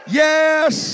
yes